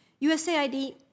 USAID